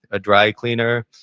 a dry cleaner,